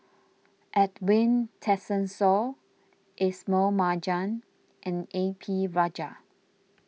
Edwin Tessensohn Ismail Marjan and A P Rajah